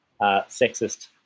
sexist